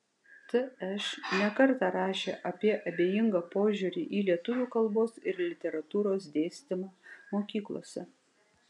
tš ne kartą rašė apie abejingą požiūrį į lietuvių kalbos ir literatūros dėstymą mokyklose